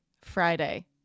Friday